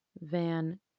Van